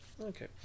Okay